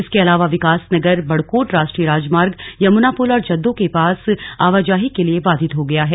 इसके अलावा विकासनगर बड़कोट राष्ट्रीय राजमार्ग यमुना पुल और जददो के पास आवाजाही के लिए बाधित हो गया है